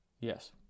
Yes